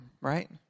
right